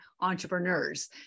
entrepreneurs